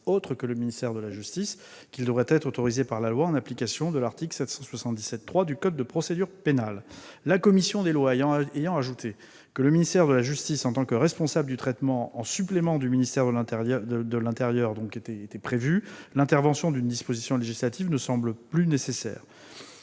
autre que le ministère de la justice qu'une autorisation par la loi serait nécessaire, en application de l'article 777-3 du code de procédure pénale. La commission des lois ayant ajouté le ministère de la justice en tant que responsable du traitement, en supplément du ministère de l'intérieur, l'intervention d'une disposition législative ne semble plus nécessaire.